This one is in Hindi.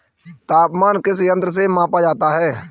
तापमान किस यंत्र से मापा जाता है?